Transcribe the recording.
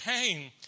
pain